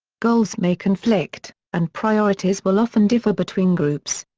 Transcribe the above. goals may conflict, and priorities will often differ between groups.